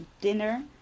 dinner